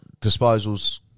disposals